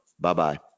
Bye-bye